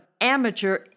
amateur